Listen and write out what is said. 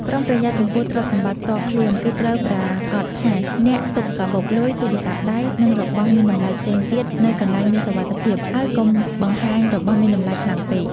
ប្រុងប្រយ័ត្នចំពោះទ្រព្យសម្បត្តិផ្ទាល់ខ្លួន គឺត្រូវប្រាកដថាអ្នកទុកកាបូបលុយ ទូរស័ព្ទដៃ និងរបស់មានតម្លៃផ្សេងទៀតនៅកន្លែងមានសុវត្ថិភាព ហើយកុំបង្ហាញរបស់មានតម្លៃខ្លាំងពេក។